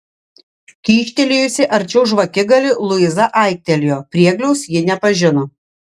kyštelėjusi arčiau žvakigalį luiza aiktelėjo priegliaus ji nepažino